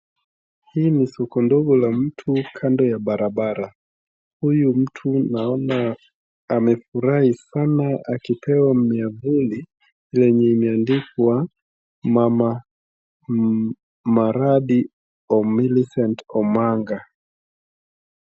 Hili ni soko ndogo la mtu kando ya barabara huyu mtu naona amefurahi sana akipewa miavuli yenye imeandikwa mama miradi Millicent Omanga.